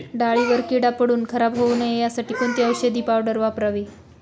डाळीवर कीड पडून खराब होऊ नये यासाठी कोणती औषधी पावडर वापरावी?